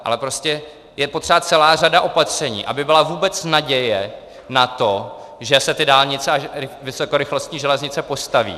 Ale prostě je potřeba celá řada opatření, aby byla vůbec naděje na to, že se dálnice a vysokorychlostní železnice postaví.